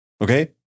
Okay